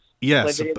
Yes